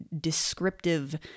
descriptive